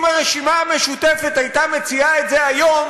אם הרשימה המשותפת הייתה מציעה את זה היום